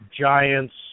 Giants